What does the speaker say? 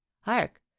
hark